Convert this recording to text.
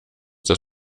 das